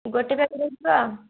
ଗୋଟେ ପ୍ୟାକେଟ୍ ହେଇଯିବ